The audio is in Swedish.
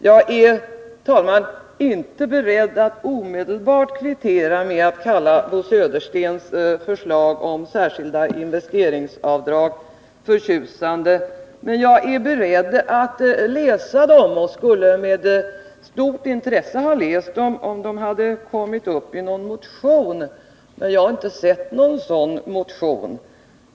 Jag är inte, herr talman, beredd att omedelbart kvittera med att kalla Bo Söderstens förslag om särskilda investeringsavdrag förtjusande, men jag är beredd att läsa dem och skulle med stort intresse ha läst dem, om de hade kommit upp i någon motion. Jag har emellertid inte sett någon sådan motion.